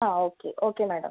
ആ okay okay madam